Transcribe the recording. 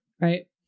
right